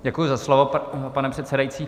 Děkuji za slovo, pane předsedající.